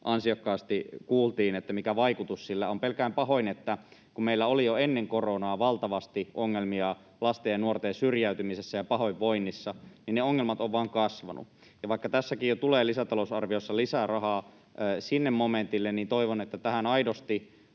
ansiokkaasti kuultiin, että mikä vaikutus sillä on. Pelkään pahoin, että kun meillä oli jo ennen koronaa valtavasti ongelmia lasten ja nuorten syrjäytymisessä ja pahoinvoinnissa, niin ne ongelmat ovat vain kasvaneet. Ja vaikka tässäkin lisätalousarviossa jo tulee lisää rahaa sinne momentille, niin toivon, että tähän lasten